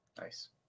Nice